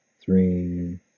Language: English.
three